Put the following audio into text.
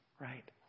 Right